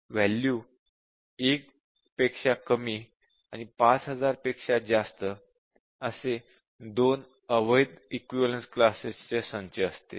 value 1 पेक्षा कमी आणि वॅल्यू 5000 पेक्षा जास्त असे २ अवैध इक्विवलेन्स क्लासेस चे संच असतील